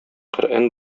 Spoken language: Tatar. коръән